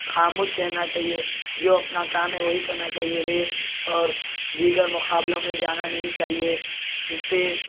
خاموش رہنا چاہیے جو اپنا کام ہے وہی کرنا چاہیے ریس اور دیگر مقابلوں میں جانا نہیں چاہیے جس سے